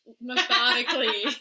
methodically